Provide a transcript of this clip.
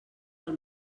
del